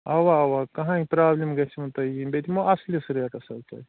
اَوا اَوا کٕہۭنۍ پرٛابلِم گژھیو نہٕ تۄہہِ یِنۍ بیٚیہِ دِمو اَصلِس ریٹَس حظ تۄہہِ